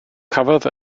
cafodd